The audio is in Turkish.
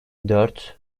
dört